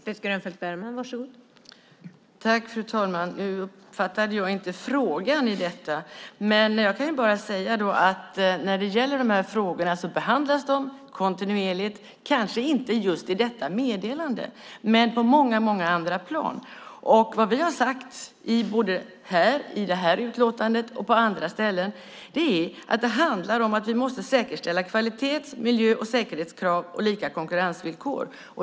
Fru talman! Jag uppfattade inte frågan i detta. Jag kan bara säga att de här frågorna behandlas kontinuerligt, kanske inte just i detta meddelande, men på många andra plan. Vi har sagt både i det här utlåtandet och på andra ställen att det handlar om att vi måste säkerställa kvalitets-, miljö och säkerhetskrav och lika konkurrensvillkor.